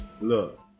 Look